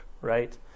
right